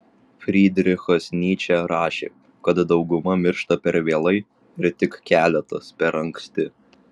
frydrichas nyčė rašė kad dauguma miršta per vėlai ir tik keletas per anksti